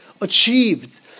achieved